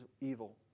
evil